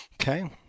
okay